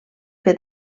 que